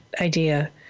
idea